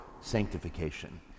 sanctification